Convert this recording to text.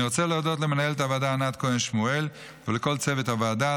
אני רוצה להודות למנהלת הוועדה ענת כהן שמואל ולכל צוות הוועדה,